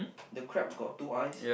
the crab got two eyes